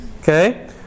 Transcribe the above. Okay